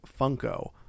Funko